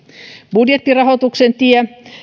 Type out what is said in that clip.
budjettirahoituksen tie